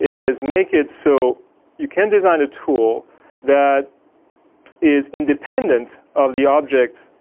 is make it so you can design a tool that is independent of the object